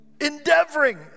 endeavoring